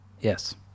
Yes